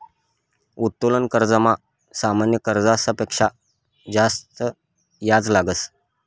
उत्तोलन कर्जमा सामान्य कर्जस पेक्शा जास्त याज लागस